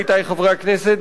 עמיתי חברי הכנסת,